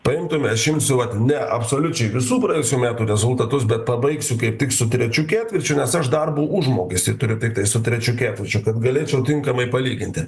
paimtume aš imsiu vat ne absoliučiai visų praėjusių metų rezultatus bet pabaigsiu kaip tik su trečiu ketvirčiu nes aš darbo užmokestį turiu tiktai su trečiu ketvirčiu kad galėčiau tinkamai palyginti